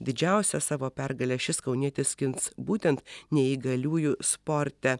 didžiausią savo pergalę šis kaunietis skins būtent neįgaliųjų sporte